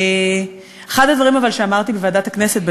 אבל אחד הדברים שאמרתי בוועדת הכנסת,